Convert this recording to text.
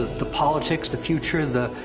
the politics, the future, the.